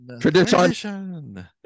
Tradition